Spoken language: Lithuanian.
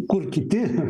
kur kiti